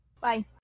Bye